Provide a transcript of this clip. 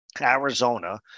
Arizona